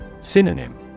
Synonym